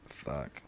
fuck